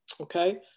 okay